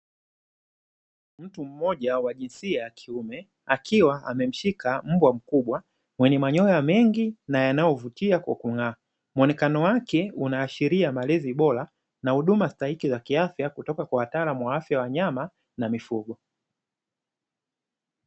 Mtu mmoja wa jinsia ya kiume akiwa amemshika mbwa mkubwa mwenye manyoya mengi na yanayovutia kwa kung'a muonekano wake, unaashiria malezi bora na huduma stahiki za kiafya kutoka kwa wataalamu wa afya za wamyama na mifugo.